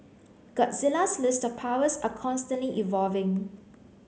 Godzilla's list of powers are constantly evolving